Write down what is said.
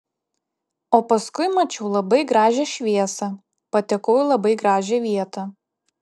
o paskui mačiau labai gražią šviesą patekau į labai gražią vietą